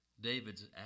David's